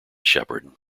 sheppard